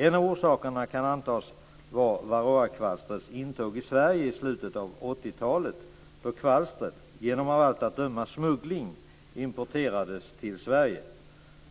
En av orsakerna kan antas vara varroakvalstrets intåg i Sverige i slutet av 80-talet då kvalstret genom, av allt att döma, smuggling importerades hit.